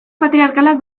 patriarkalak